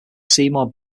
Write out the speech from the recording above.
seymour